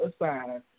aside